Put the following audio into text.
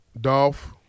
Dolph